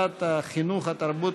כולל לוח התיקונים.